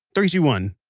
three, two, one